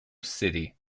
city